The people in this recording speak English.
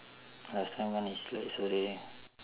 last time one is like saturday